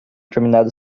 terminado